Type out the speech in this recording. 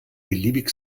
beliebig